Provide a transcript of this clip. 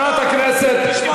לשמוע את השטויות, חברת הכנסת מיכל